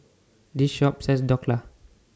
This Shop sells Dhokla